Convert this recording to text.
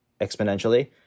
exponentially